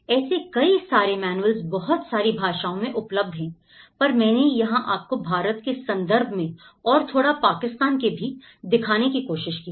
ऐसे कई सारे मैनुअल बहुत सारी भाषाओं में उपलब्ध है पर मैंने यहां आपको भारत के संदर्भ में और थोड़ा पाकिस्तान के भी दिखाने की कोशिश की है